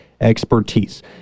expertise